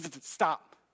stop